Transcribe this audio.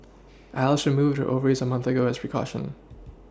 Alice removed her ovaries a month ago as precaution